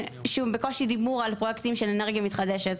בקושי דיבור על פרויקטים של אנרגיה מתחדשת.